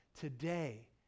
today